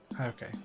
Okay